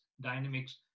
dynamics